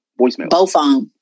Voicemail